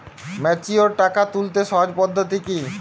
Mature টাকা তুলতে সহজ পদ্ধতি কি?